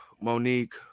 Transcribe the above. Monique